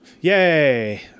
yay